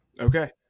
Okay